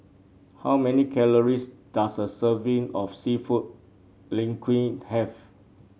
how many calories does a serving of seafood Linguine have